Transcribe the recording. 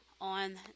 on